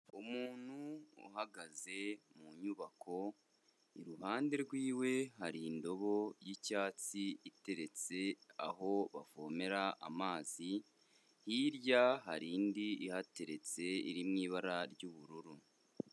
Umuntu uhagaze mu nyubako, iruhande rw'iwe hari indobo y'icyatsi iteretse aho bavomera amazi, hirya hari indi ihateretse iri mu ibara ry'ubururu.